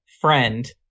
friend